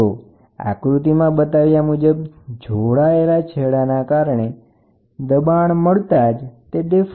તો આકૃતિમાં બતાવ્યા મુજબ બંન્ને બાજુ જોડાયેલા હોવાથી દબાણ મળતાં જ તે વિચલિત થશે